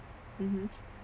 mmhmm